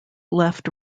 left